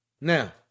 Now